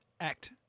act